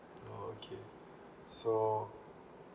oh okay so